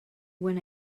when